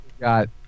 Got